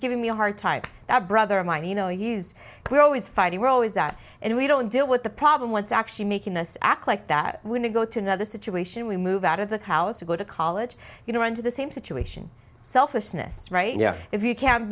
giving me a hard type that brother of mine you know he's always fighting we're always that and we don't deal with the problem what's actually making this act like that when you go to another situation we move out of the house to go to college you know into the same situation selfishness right you